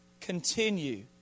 continue